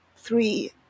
Three